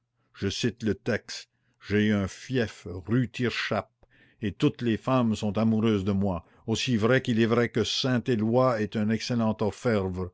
je cite le texte j'ai un fief rue tirechappe et toutes les femmes sont amoureuses de moi aussi vrai qu'il est vrai que saint éloy était un excellent